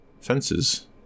fences